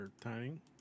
timing